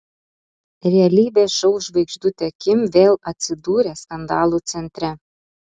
realybės šou žvaigždutė kim vėl atsidūrė skandalų centre